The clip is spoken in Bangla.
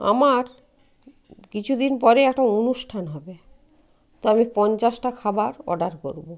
আমার কিছুদিন পরে একটা অনুষ্ঠান হবে তো আমি পঞ্চাশটা খাবার অর্ডার করব